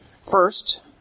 First